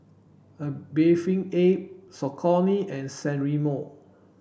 A Bathing Ape Saucony and San Remo